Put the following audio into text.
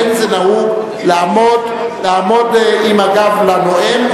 אין זה נהוג לעמוד עם הגב לנואם,